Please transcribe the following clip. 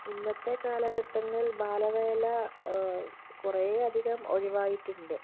ഇന്നത്തെ കാലഘട്ടങ്ങളിൽ ബാലവേല കുറേയധികം ഒഴിവായിട്ടുണ്ട്